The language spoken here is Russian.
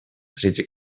среди